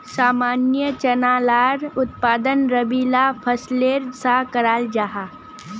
सामान्य चना लार उत्पादन रबी ला फसलेर सा कराल जाहा